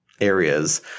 areas